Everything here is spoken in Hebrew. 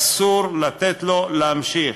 אסור לתת לו להימשך.